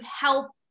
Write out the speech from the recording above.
help